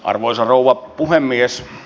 arvoisa rouva puhemies